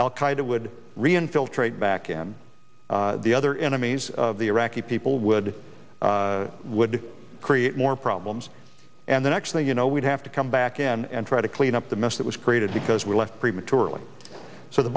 would reinfiltrate back in the other enemies of the iraqi people would would create more problems and then actually you know we'd have to come back in and try to clean up the mess that was created because we left prematurely so the